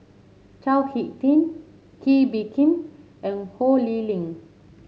Chao HicK Tin Kee Bee Khim and Ho Lee Ling